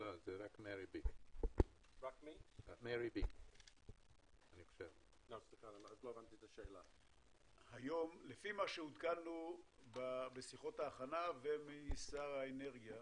ממרי B. לפי מה שעודכנו בשיחות ההכנה ומשר האנרגיה,